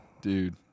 Dude